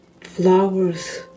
flowers